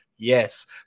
Yes